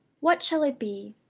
what shall it be?